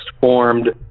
formed